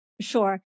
Sure